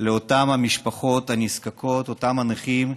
לאותן המשפחות הנזקקות, לאותם הנכים,